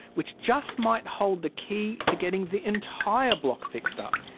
which just might hold the key to getting the entire block fixed up.